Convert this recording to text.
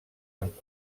amb